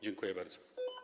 Dziękuję bardzo.